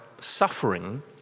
suffering